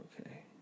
Okay